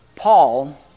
Paul